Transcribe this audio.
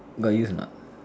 got use a